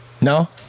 No